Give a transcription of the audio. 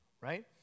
right